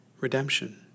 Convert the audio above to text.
Redemption